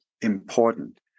important